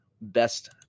best